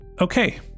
Okay